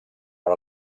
per